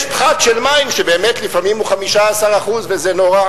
יש פחת של מים, שבאמת לפעמים הוא 15%, וזה נורא.